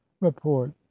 report